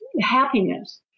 happiness